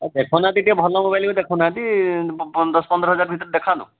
ଆଉ ଦେଖାଉନାହାନ୍ତି ଟିକିଏ ଭଲ ମୋବାଇଲ୍ ଦେଖାଉନାହାନ୍ତି ଦଶ ପନ୍ଦର ହଜାର ଭିତରେ ଦେଖାନ୍ତୁ